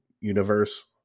universe